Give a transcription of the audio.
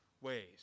ways